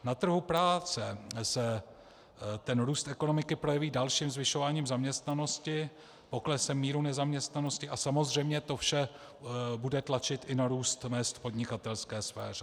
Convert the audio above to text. Na trhu práce se růst ekonomiky projeví dalším zvyšováním zaměstnanosti, poklesem míry nezaměstnanosti a samozřejmě to vše bude tlačit i na růst mezd v podnikatelské sféře.